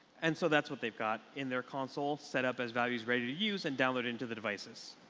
and so that's what they've got in their console setup as values ready to use and download into the devices.